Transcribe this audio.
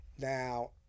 Now